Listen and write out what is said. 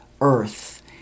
Earth